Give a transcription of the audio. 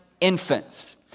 infants